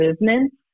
movements